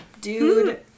dude